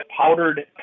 powdered